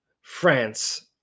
France